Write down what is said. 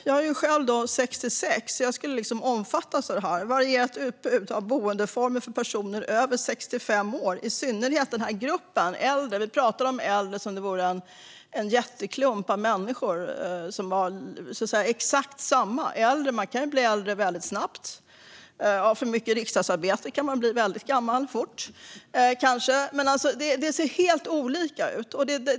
Jag är själv 66 och skulle alltså omfattas av detta: varierat utbud av boendeformer för personer över 65 år, i synnerhet den här gruppen äldre. Vi pratar om äldre som om det vore en jätteklump av människor som var exakt samma. Man kan bli äldre väldigt snabbt. Av för mycket riksdagsarbete kan man kanske bli väldigt gammal fort. Men det ser helt olika ut.